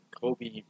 Kobe